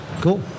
Cool